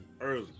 early